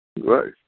Right